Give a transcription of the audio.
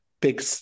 big